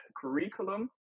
curriculum